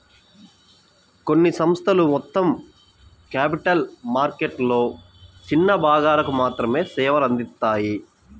కొన్ని సంస్థలు మొత్తం క్యాపిటల్ మార్కెట్లలో చిన్న భాగాలకు మాత్రమే సేవలు అందిత్తాయి